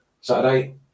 Saturday